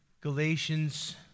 Galatians